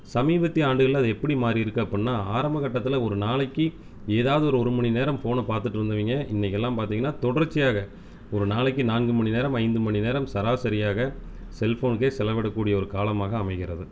சமீபத்திய ஆண்டுகளில் அது எப்படி மாறியிருக்கு அப்புடின்னா ஆரம்பக் கட்டத்தில் ஒரு நாளைக்கு எதாவது ஒரு ஒரு மணி நேரம் ஃபோனை பார்த்துட்டு இருந்தவிங்க இன்றைக்கெல்லாம் பார்த்திங்கன்னா தொடர்ச்சியாக ஒரு நாளைக்கு நான்கு மணி நேரம் ஐந்து மணி நேரம் சராசரியாக செல்ஃபோனுக்கே செலவிட கூடிய ஒரு காலமாக அமைகிறது